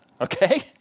okay